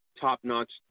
top-notch